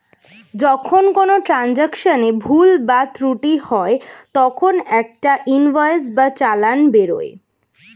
যখন কোনো ট্রান্জাকশনে ভুল বা ত্রুটি হয় তখন একটা ইনভয়েস বা চালান বেরোয়